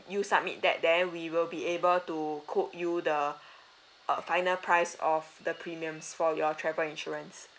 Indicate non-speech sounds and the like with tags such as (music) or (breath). you submit that then we will be able to cope you the (breath) uh final price of the premiums for your travel insurance